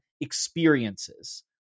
experiences